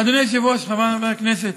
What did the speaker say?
אדוני היושב-ראש, חבריי חברי הכנסת,